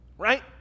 right